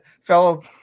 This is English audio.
fellow